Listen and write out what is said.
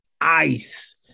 ice